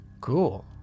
cool